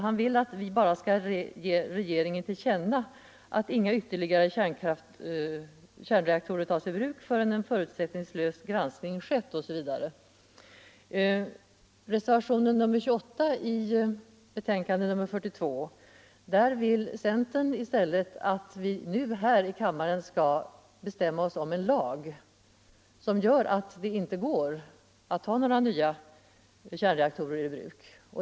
Han vill att vi bara skall ge regeringen till känna att inga ytterligare kärnreaktorer tas i bruk förrän en förutsättningslös granskning skett, osv. I reservationen 28 vid betänkandet nr 42 vill centern i stället att vi nu här i kammaren skall bestämma oss för en lag som gör att det inte går att ta några nya kärnkraftsreaktorer i bruk.